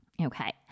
Okay